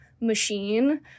machine